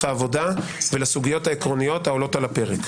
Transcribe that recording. העבודה ולסוגיות העקרוניות העולות על הפרק.